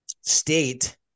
state